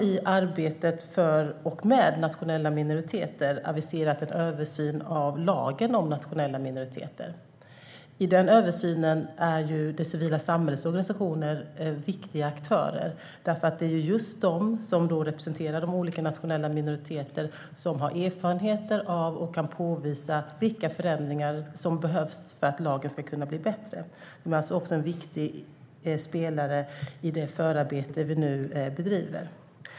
I arbetet för och med nationella minoriteter har vi aviserat en översyn av lagen om nationella minoriteter. I den översynen är det civila samhällets organisationer viktiga aktörer därför att det är just de som representerar olika nationella minoriteter som har erfarenheter av och kan visa vilka förändringar som behövs för att lagen ska kunna bli bättre. De är alltså en viktig spelare i det förarbete vi nu bedriver.